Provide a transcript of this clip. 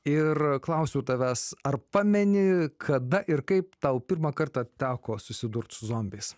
ir klausiu tavęs ar pameni kada ir kaip tau pirmą kartą teko susidurt su zombiais